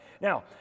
Now